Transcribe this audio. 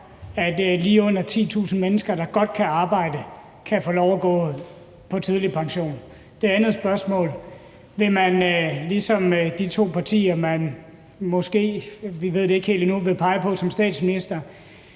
at lige under 10.000 mennesker, der godt kan arbejde, kan få lov at gå på tidlig pension? Det andet spørgsmål er: Vil man ligesom de to partier, man måske vil pege på – vi ved det ikke helt endnu – i forhold til statsministerposten,